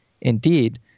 Indeed